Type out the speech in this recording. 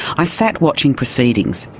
i sat watching proceedings,